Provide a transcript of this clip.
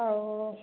ଆଉ